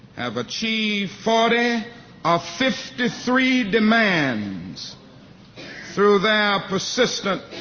have achieved forty of fifty-three demands through their persistent